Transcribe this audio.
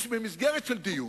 במסגרת דיון,